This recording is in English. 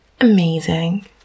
amazing